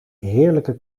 heerlijke